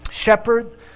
shepherd